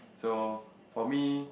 so for me